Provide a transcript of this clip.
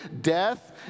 death